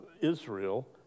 Israel